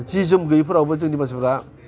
जि जोम गैयैफोरावबो जोंनि मानसिफोरा